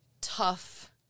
tough